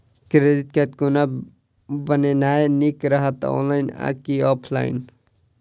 Credit card कोना बनेनाय नीक रहत? ऑनलाइन आ की ऑफलाइन?